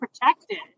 protected